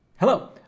Hello